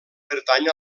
pertany